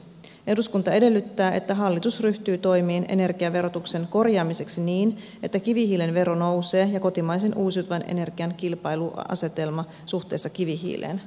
eduskunta edellyttää että hallitus ryhtyy toimiin energiaverotuksen korjaamiseksi niin että kivihiilen vero nousee ja kotimaisen uusiutuvan energian kilpailuasetelma suhteessa kivihiileen vahvistuu